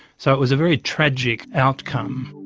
so it was a very tragic outcome.